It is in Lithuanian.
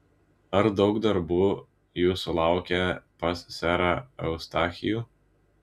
ar daug darbų jūsų laukia pas serą eustachijų